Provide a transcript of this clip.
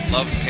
Love